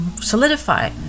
solidify